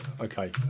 okay